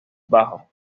bajo